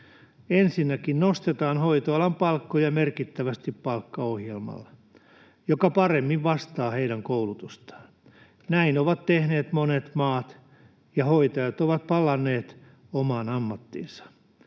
Ensinnäkin nostetaan hoitoalan palkkoja merkittävästi palkkaohjelmalla, joka paremmin vastaa heidän koulutustaan. Näin ovat tehneet monet maat, ja hoitajat ovat palanneet omaan ammattiinsa.